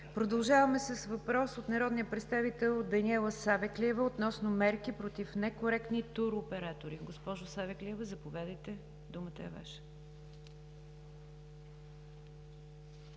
Продължаваме с въпрос от народния представител Даниела Савеклиева относно мерки против некоректни туроператори. Госпожо Савеклиева, заповядайте. Думата е Ваша.